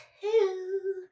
two